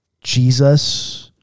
Jesus